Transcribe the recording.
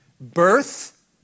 Birth